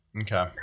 Okay